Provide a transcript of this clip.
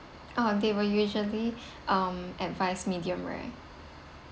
uh they will usually um advised medium rare